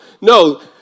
no